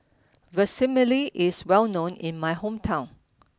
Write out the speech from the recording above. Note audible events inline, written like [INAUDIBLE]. [UNINTELLIGIBLE] is well known in my hometown